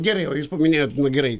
gerai o jūs paminėjot nu gerai